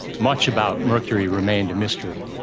much about mercury remained a mystery.